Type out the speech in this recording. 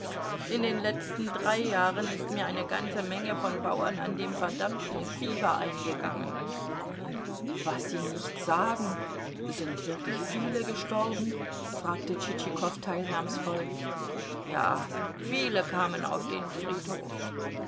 in den letzten drei jahren ist mir eine ganze menge von bauern an dem verdammten fieber eingegangen was sie nicht sagen sind wirklich viele gestorben fragte tschitschikow teilnahmsvoll ja viele kamen auf den friedhof